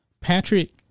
Patrick